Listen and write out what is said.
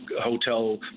hotel